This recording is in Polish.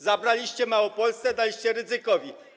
Zabraliście Małopolsce, daliście Rydzykowi.